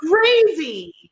crazy